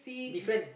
different